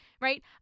right